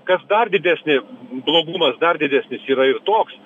kas dar didesni blogumas dar didesnis yra ir toks